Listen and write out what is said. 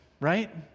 Right